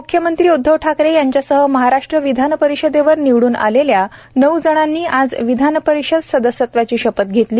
म्ख्यमंत्री उद्धव ठाकरे यांच्यासह महाराष्ट्र विधान परिषदेवर निवडून आलेल्या नऊ जणांनी आज विधान परिषद सदस्यत्वाची शपथ घेतली